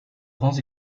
grands